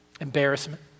embarrassment